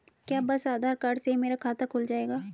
क्या बस आधार कार्ड से ही मेरा खाता खुल जाएगा?